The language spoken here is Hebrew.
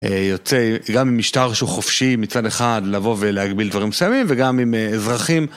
יוצא גם ממשטר שהוא חופשי מצד אחד לבוא ולהגביל דברים מסוימים, וגם עם אזרחים